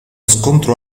scontro